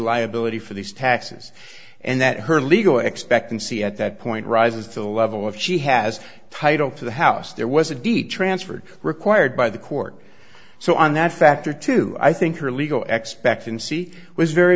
liability for these taxes and that her legal expectancy at that point rises to the level of she has title to the house there was a de transferred required by the court so on that factor too i think her legal expectation see was very